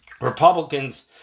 Republicans